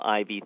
IV